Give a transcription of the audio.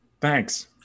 Thanks